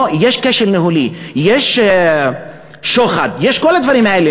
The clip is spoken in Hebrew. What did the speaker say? לא, יש כשל ניהול, יש שוחד, יש כל הדברים האלה.